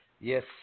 Yes